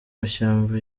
mashyamba